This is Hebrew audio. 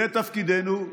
זה תפקידנו.